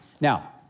Now